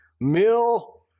mill